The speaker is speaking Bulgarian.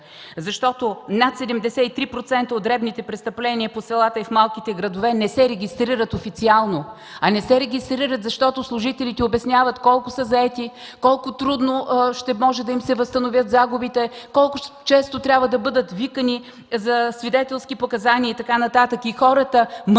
защото над 73% от дребните престъпления по селата и в малките градове не се регистрират официално. А не се регистрират, защото служителите обясняват колко са заети, колко трудно ще може да им се възстановят загубите, колко често трябва да бъдат викани за свидетелски показания и така нататък, и хората манипулирани